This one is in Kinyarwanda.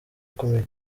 ikomeye